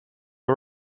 are